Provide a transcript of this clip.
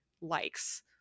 likes